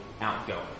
outgoing